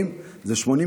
80. אלה 80